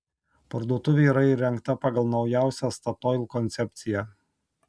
parduotuvė yra įrengta pagal naujausią statoil koncepciją